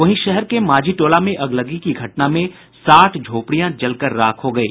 वहीं शहर के मांझी टोला में अगलगी की घटना में साठ झोपड़ियां जलकर राख हो गयी